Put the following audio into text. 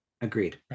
agreed